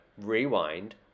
rewind